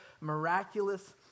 miraculous